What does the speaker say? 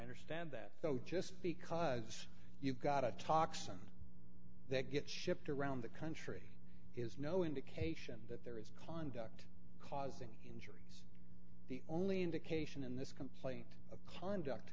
understand that so just because you've got a toxin that gets shipped around the country is no indication that there is conduct causing in the only indication in this complaint of conduct